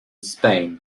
spain